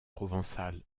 provençal